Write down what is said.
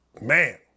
Man